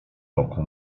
roku